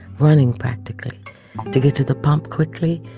running practically to get to the pump quickly.